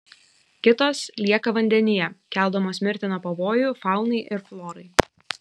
kitos lieka vandenyje keldamos mirtiną pavojų faunai ir florai